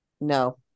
no